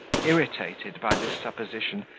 irritated by this supposition,